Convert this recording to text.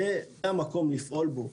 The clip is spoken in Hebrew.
זה המקום לפעול בו.